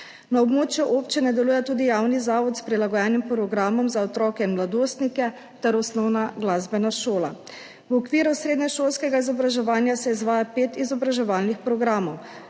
Na območju občine deluje tudi javni zavod s prilagojenim programom za otroke in mladostnike ter osnovna glasbena šola. V okviru srednješolskega izobraževanja se izvaja pet izobraževalnih programov.